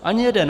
Ani jeden!